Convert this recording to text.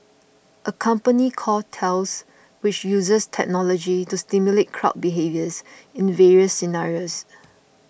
a company called Thales which uses technology to simulate crowd behaviours in various scenarios